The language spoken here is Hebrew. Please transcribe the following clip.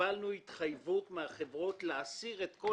קיבלנו התחייבות מן החברות להסיר את כל